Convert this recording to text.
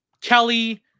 Kelly